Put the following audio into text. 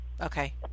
okay